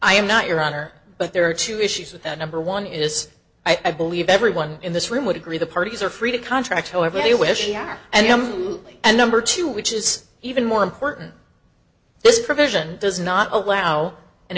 i am not your honor but there are two issues with that number one is i believe everyone in this room would agree the parties are free to contract however you wish and your movie and number two which is even more important this provision does not allow an